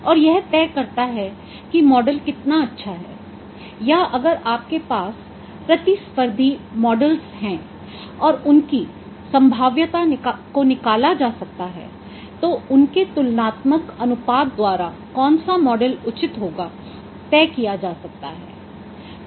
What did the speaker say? और यह तय करता है कि मॉडल कितना अच्छा है या अगर आपके पास प्रतिस्पर्धी मॉडल्स हैं और उनकी संभाव्यता को निकाला जा सकता है तो उनके तुलनात्मक अनुपात द्वारा कौनसा मॉडल उचित होगा तय किया जा सकता है